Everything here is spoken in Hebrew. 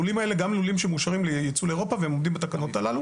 הלולים האלה הם לולים שמאושרים לייצוא לאירופה והם עומדים בתקנות הללו.